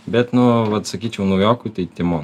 bet nu vat sakyčiau naujokui tai timono